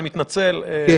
אני מתנצל.